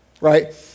right